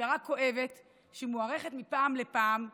פשרה כואבת שמוארכת מפעם לפעם,